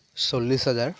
চল্লিছ হাজাৰ